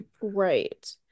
Right